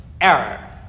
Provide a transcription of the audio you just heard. error